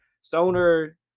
stoner